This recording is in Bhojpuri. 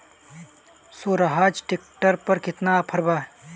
सोहराज ट्रैक्टर पर केतना ऑफर बा?